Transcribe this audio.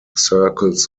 circles